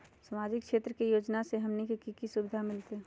सामाजिक क्षेत्र के योजना से हमनी के की सुविधा मिलतै?